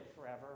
forever